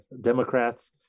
Democrats